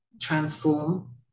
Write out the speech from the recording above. transform